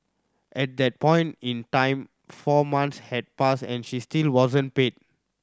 at that point in time four months had passed and she still wasn't paid